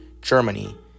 Germany